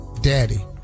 daddy